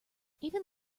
even